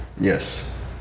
yes